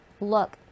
look